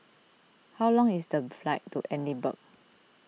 how long is the flight to Edinburgh